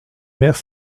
mère